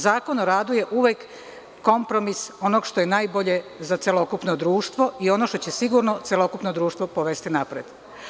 Zakon o radu je uvek kompromis onog što je najbolje za celokupno društvo i ono što će sigurno celokupno društvo povesti napred.